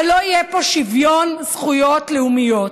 אבל לא יהיה פה שוויון זכויות לאומיות.